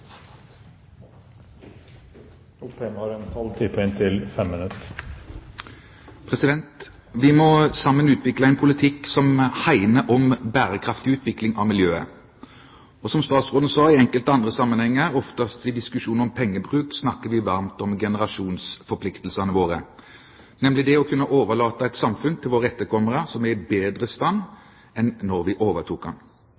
Vi må sammen utvikle en politikk som hegner om bærekraftig utvikling av miljøet. Som statsråden sa, i enkelte andre sammenhenger, oftest i diskusjon om pengebruk, snakker vi varmt om generasjonsforpliktelsene våre – nemlig det å kunne overlate til våre etterkommere et samfunn som er i bedre stand